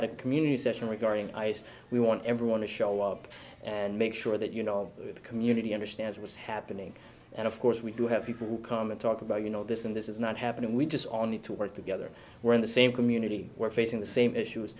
had a community session regarding ice we want everyone to show up and make sure that you know the community understands what's happening and of course we do have people who come and talk about you know this and this is not happening we just on need to work together we're in the same community we're facing the same issues